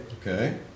Okay